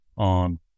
on